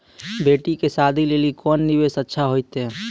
बेटी के शादी लेली कोंन निवेश अच्छा होइतै?